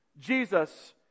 Jesus